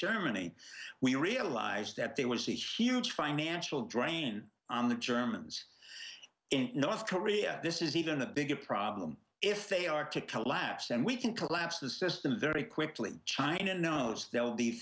germany we realized that there was a huge financial drain on the germans in north korea this is even a bigger problem if they are to collapse and we can collapse the system very quickly china knows there will be